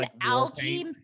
algae